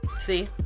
See